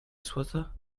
swatter